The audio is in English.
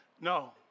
No